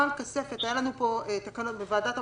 בוועדת העבודה,